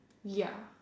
ya